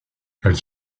elle